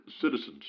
citizens